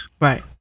right